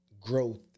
growth